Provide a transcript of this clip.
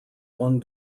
one